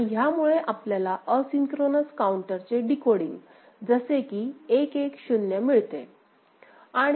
आणि ह्यामुळे आपल्याला असिन्क्रोनोस काउंटरचे डिकोडिंग जसे की 1 1 0 मिळते